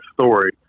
story